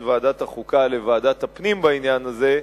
ועדת החוקה לוועדת הפנים בעניין הזה.